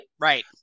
Right